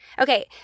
Okay